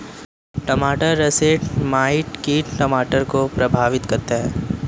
टमाटर russet mite कीट टमाटर को प्रभावित करता है